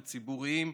ציבוריים,